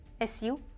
SU